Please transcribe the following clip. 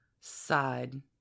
side